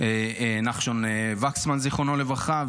נחשון וקסמן זיכרונו לברכה,